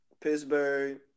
Pittsburgh